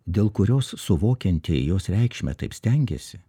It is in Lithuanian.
dėl kurios suvokiantieji jos reikšmę taip stengėsi